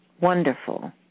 wonderful